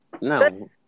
No